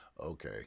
okay